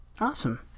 awesome